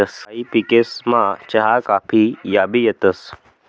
स्थायी पिकेसमा चहा काफी याबी येतंस